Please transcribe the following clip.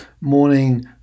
morning